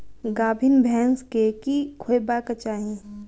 गाभीन भैंस केँ की खुएबाक चाहि?